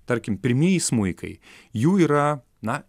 tarkim pirmieji smuikai jų yra na